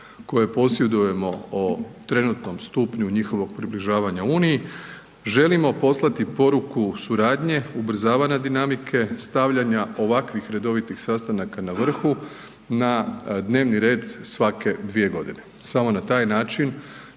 koje posjedujemo o trenutnom stupnju njihovog približavanja Uniji želimo poslati poruku suradnje, ubrzavanja dinamike, stavljanja ovakvih redovitih sastanaka na vrhu na dnevni red svake 2.g., samo na taj način